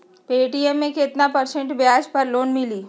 Paytm मे केतना percent ब्याज पर लोन मिली?